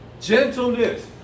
Gentleness